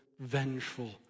vengeful